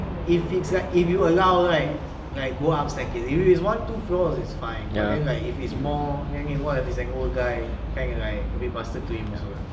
if it's like if you allow like like go up staircase like if it's one two floors is fine then if it's more than what if it's an old guy kind of like a bit busted to him also eh